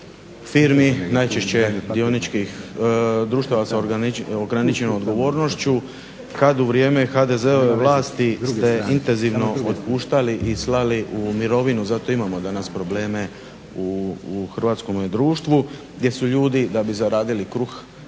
firmi najčešće dioničkih društava sa ograničenom odgovornošću kada u vrijeme HDZ-ove vlasti ste intenzivno otpuštali i slali u mirovinu, zato imamo danas probleme u hrvatskome društvu gdje su ljudi da bi zaradili kruh